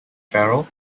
farrell